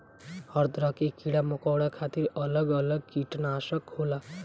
हर तरह के कीड़ा मकौड़ा खातिर अलग अलग किटनासक होला